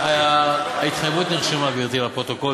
ההתחייבות נרשמה, גברתי, בפרוטוקול.